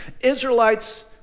Israelites